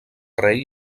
rei